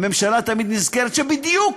הממשלה תמיד נזכרת שבדיוק